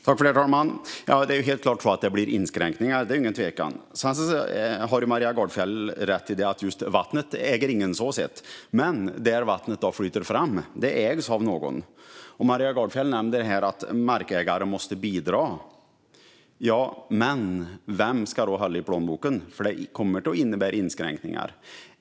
Herr talman! Det är ingen tvekan om att det blir inskränkningar. Maria Gardfjell har rätt i att ingen äger vattnet, men den plats där vattnet flyter fram ägs av någon. Maria Gardfjell nämnde att markägare måste bidra. Ja, men vem ska hålla i plånboken? För det kommer att innebära inskränkningar.